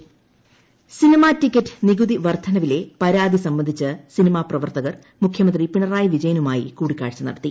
cinema ticket cinema ticket നികുതി വർധനവില്ലെ പരാതി സംബന്ധിച്ച് സിനിമാ പ്രവർത്തകർ മുഖ്യമന്ത്രി പിണറായി വിജയനുമായി കൂടിക്കാഴ്ച നടത്തി